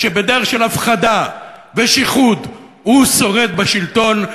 שבדרך של הפחדה ושיחוד הוא שורד בשלטון.